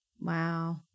Wow